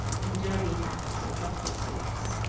in derby hats or jockey suits.